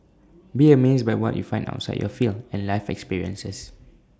be amazed by what you find outside your field and life experiences